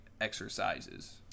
exercises